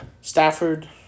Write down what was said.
Stafford